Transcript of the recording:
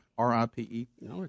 R-I-P-E